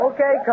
Okay